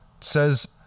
says